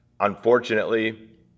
Unfortunately